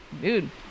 dude